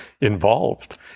involved